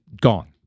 gone